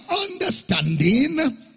understanding